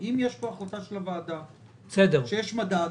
אם יש פה החלטה של הוועדה שיש מדד,